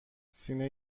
سینه